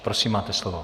Prosím, máte slovo.